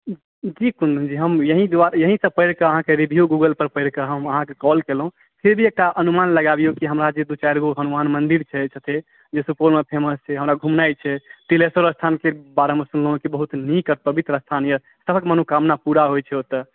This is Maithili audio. जी कुन्दनजी हम एहिसँ पढ़िकऽ अहाँकेँ रेडिओ गुगल पर पढ़िकऽ हम अहाँकेँ कॉल केलहुँ फेर अहाँ अनुमान लागबु कि हमरा दू चारिगो हनुमान मन्दिर छै जे सुपौलमे फेमस छै हमरा घुमनाइ छै तिलेश्वर स्थानके बारेमे सुनलहुँ जे बहुत नीक आ पवित्र स्थान यऽ सभक मनोकामना पुराहोइ छै ओतऽ